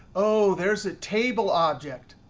oh, there's a table object.